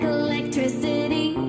electricity